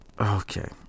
Okay